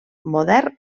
modern